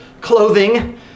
clothing